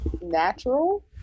natural